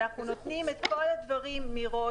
אנחנו נותנים את כל הדברים מראש.